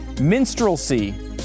minstrelsy